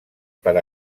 per